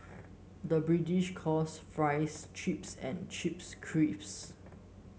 the British calls fries chips and chips crisps